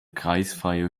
kreisfreie